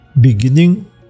beginning